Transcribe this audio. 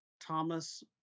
Thomas